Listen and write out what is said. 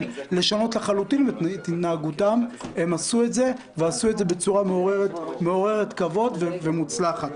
לשנות לחלוטין את התנהגותם הם עשו את זה בצורה מעוררת כבוד ומוצלחת.